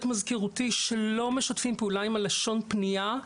מזכירותי שלא משתפים פעולה עם לשון הפנייה,